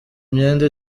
myenda